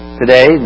today